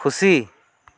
ᱠᱷᱩᱥᱤ